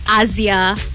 Asia